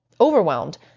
overwhelmed